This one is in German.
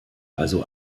also